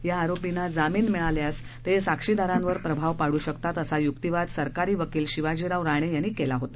या आरोपींना जामिन मिळाल्यास ता आक्षीदारांवर प्रभाव पडू शकतात असा युक्तिवाद सरकारी वकील शिवाजीराव राण्यांनी कला होता